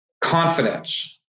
confidence